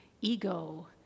ego